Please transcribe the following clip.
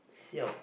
siao